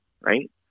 right